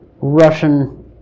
Russian